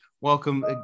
Welcome